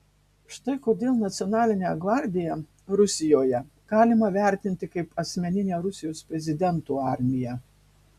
štai kodėl nacionalinę gvardiją rusijoje galima vertinti kaip asmeninę rusijos prezidento armiją